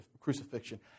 crucifixion